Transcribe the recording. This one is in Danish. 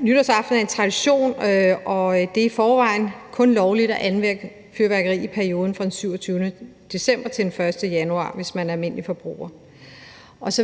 nytårsaften er en tradition, og det er i forvejen kun lovligt at anvende fyrværkeri i perioden fra den 27. december til den 1. januar, hvis man er almindelig forbruger. Og så